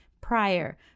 prior